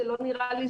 זה לא נראה לי,